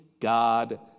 God